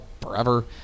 forever